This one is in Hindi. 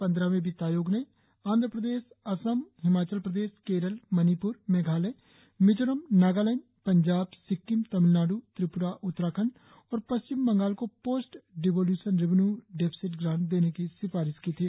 पन्द्रहवें वित्त आयोग ने आंध्र प्रदेश असम हिमाचल प्रदेश केरल मणिप्र मेघालय मिजोरम नागालैंड पंजाब सिक्किम तमिलनाड् त्रिप्रा उत्तराखंड और पश्चिम बंगाल को post devolution revenue deficit grant देने की सिफारिश की थी